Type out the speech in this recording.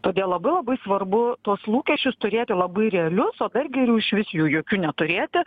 todėl labai labai svarbu tuos lūkesčius turėti labai realius o dar geriau išvis jų jokių neturėti